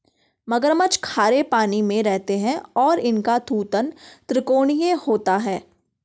मगरमच्छ खारे पानी में रहते हैं और इनका थूथन त्रिकोणीय होता है